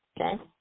okay